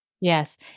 Yes